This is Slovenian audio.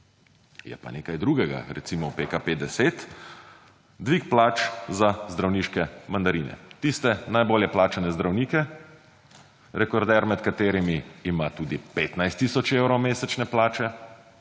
Je pa nekaj drugega, recimo PKP-10, dvig plač za zdravniške mandarine. Tiste, najbolje plačane zdravnike, rekorder med katerimi ima tudi 15 tisoč evrov mesečne plače.